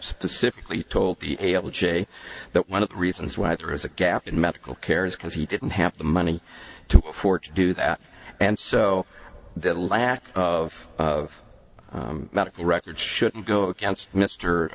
specifically told be able jay that one of the reasons why there is a gap in medical care is because he didn't have the money to afford to do that and so the lack of medical records shouldn't go against